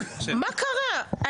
מה קרה?